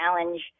challenge